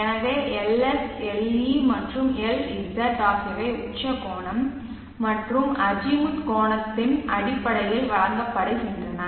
எனவே Ls Le மற்றும் Lz ஆகியவை உச்ச கோணம் மற்றும் அஜிமுத் கோணத்தின் அடிப்படையில் வழங்கப்படுகின்றன